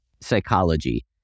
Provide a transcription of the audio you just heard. psychology